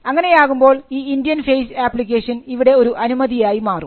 അങ്ങനെയാകുമ്പോൾ ഈ Indian face application ഇവിടെ ഒരു അനുമതിയായി മാറും